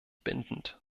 bindend